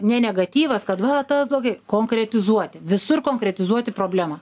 ne negatyvas kad va tas blogai konkretizuoti visur konkretizuoti problemą